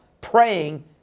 praying